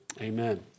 Amen